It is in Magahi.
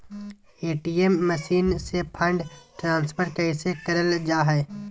ए.टी.एम मसीन से फंड ट्रांसफर कैसे करल जा है?